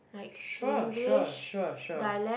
sure sure sure sure